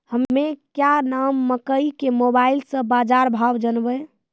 हमें क्या नाम मकई के मोबाइल से बाजार भाव जनवे?